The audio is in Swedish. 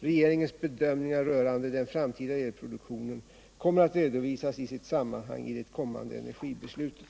Regeringens bedömningar rörande den framtida elproduktionen kommer att redovisas i sitt sammanhang i det kommande energibeslutet.